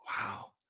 Wow